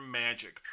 magic